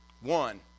One